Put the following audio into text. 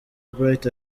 bright